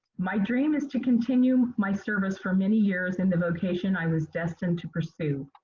my dream is to continue my service for many years in the vocation i was destined to pursue.